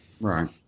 Right